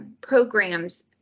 programs